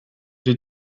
dwyt